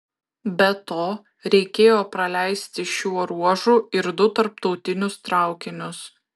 be to reikėjo praleisti šiuo ruožu ir du tarptautinius traukinius